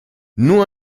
nur